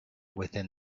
within